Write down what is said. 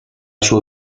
sua